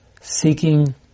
seeking